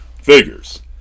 figures